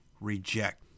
reject